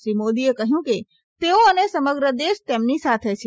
શ્રી મોદીએ કહ્યું કે તેઓ અને સમગ્ર દેશ તેમની સાથે છે